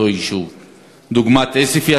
דוגמת עוספיא,